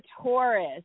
Taurus